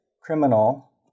criminal